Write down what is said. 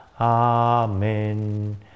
Amen